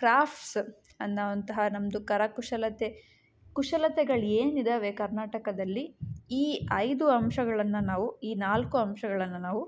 crafts ಅನ್ನುವಂತಹ ನಮ್ಮದು ಕರಕುಶಲತೆ ಕುಶಲತೆಗಳು ಏನಿದ್ದಾವೆ ಕರ್ನಾಟಕದಲ್ಲಿ ಈ ಐದು ಅಂಶಗಳನ್ನು ನಾವು ಈ ನಾಲ್ಕು ಅಂಶಗಳನ್ನು ನಾವು